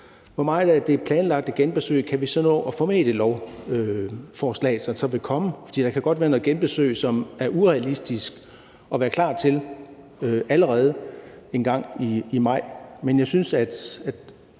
Hvor meget af det planlagte genbesøg kan vi så nå at få med i det lovforslag, der så vil komme? For der kan godt være noget i genbesøget, som det er urealistisk at være klar til allerede en gang i maj.